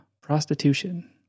prostitution